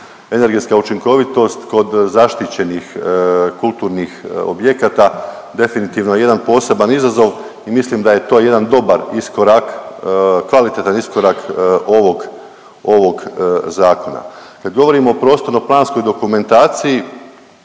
Energetska učinkovitost kod zaštićenih kulturnih objekata definitivno je jedan poseban izazov i mislim da je to jedan dobar iskorak, kvalitetan iskorak ovog, ovog zakona. Kad govorimo o prostorno planskoj dokumentaciji